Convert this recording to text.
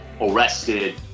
arrested